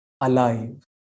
alive